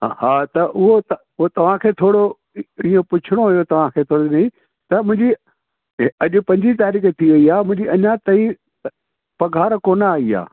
ह हा त उहो त उहो तव्हांखे थोरो इहो पुछणो हुयो तव्हां खे हुन ॾींहुं अॼु पंजी तारीख़ु थी वई आहे मुंहिंजी अञा ताईं पघारु कोन आई आहे